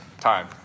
time